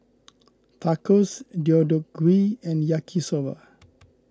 Tacos Deodeok Gui and Yaki Soba